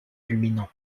culminant